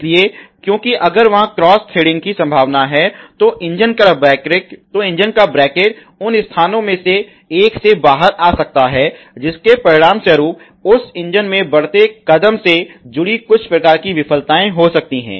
इसलिए क्योंकि अगर वहाँ क्रॉस थ्रेडिंग की संभावना है तो इंजन का ब्रैकेट उन स्थानों में से एक से बाहर आ सकता है जिसके परिणामस्वरूप उस इंजन में बढ़ते कदम से जुड़ी कुछ प्रकार की विफलताएं हो सकती हैं